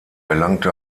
erlangte